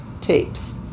tapes